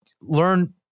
learn